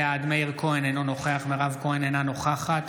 בעד מאיר כהן, אינו נוכח מירב כהן, אינה נוכחת